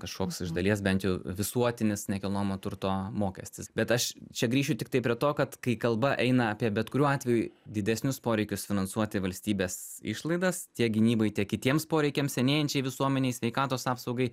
kažkoks iš dalies bent jau visuotinis nekilnojamo turto mokestis bet aš čia grįšiu tiktai prie to kad kai kalba eina apie bet kuriuo atveju didesnius poreikius finansuoti valstybės išlaidas tiek gynybai tiek kitiems poreikiams senėjančiai visuomenei sveikatos apsaugai